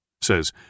says